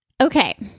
Okay